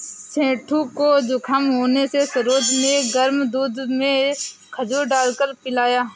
सेठू को जुखाम होने से सरोज ने गर्म दूध में खजूर डालकर पिलाया